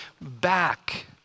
back